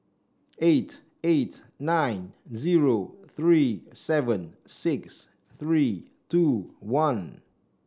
eight eight nine zero three seven six three two one